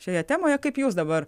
šioje temoje kaip jūs dabar